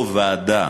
או ועדה